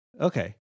okay